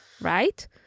Right